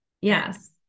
yes